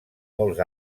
molts